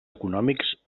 econòmics